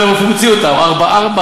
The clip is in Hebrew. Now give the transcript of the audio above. אני לא יודע מאיפה הוא ממציא אותם: 4.4%,